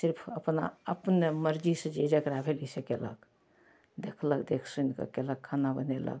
सिर्फ अपना अपन मरजीसे जे जकरा भेलै से कएलक देखलक देखि सुनिकऽ कएलक खाना बनेलक